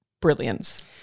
brilliance